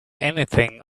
anything